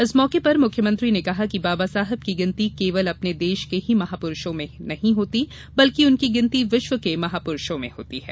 इस मौके पर मुख्यमंत्री ने कहा कि बाबा साहब की गिनती केवल अपने देश के ही महापुरूषों में ही नही होती है बल्कि उनकी गिनती विश्व के महापुरूषों में होती है